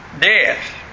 death